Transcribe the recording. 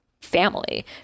family